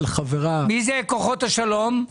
מי זה כוחות השלום?